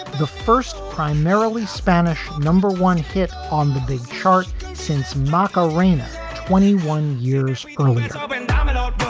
the first primarily spanish number one hit on the big chart since marco reyna twenty one years earlier um and dun and but